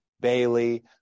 Bailey